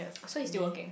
so he still working